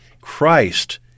Christ